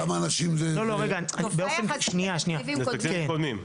כמה אנשים --- טובה יחסית לתקציבים קודמים.